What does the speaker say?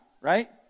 right